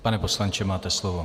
Pane poslanče, máte slovo.